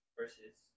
Versus